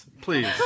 please